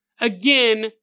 again